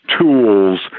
tools